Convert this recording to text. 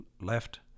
left